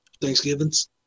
Thanksgivings